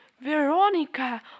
Veronica